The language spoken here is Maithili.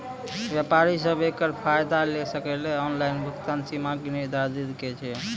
व्यापारी सब एकरऽ फायदा ले सकै ये? ऑनलाइन भुगतानक सीमा की निर्धारित ऐछि?